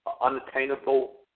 Unattainable